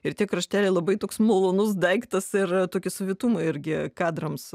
ir tie krašteliai labai toks malonus daiktas ir tokį savitumą irgi kadrams